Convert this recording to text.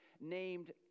named